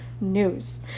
news